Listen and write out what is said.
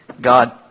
God